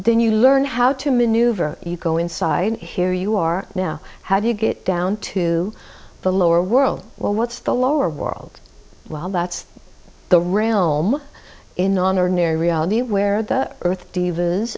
then you learn how to maneuver you go inside and here you are now how do you get down to the lower world well what's the lower world while that's the realm in an ordinary reality where the earth d